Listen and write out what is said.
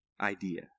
idea